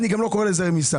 אני גם לא קורא לזה רמיסה.